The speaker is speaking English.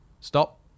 stop